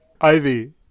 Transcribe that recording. Ivy